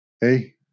hey